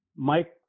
Mike